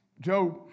Job